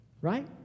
Right